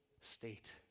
state